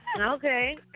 Okay